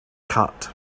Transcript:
cut